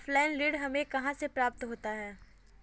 Offline ऋण हमें कहां से प्राप्त होता है?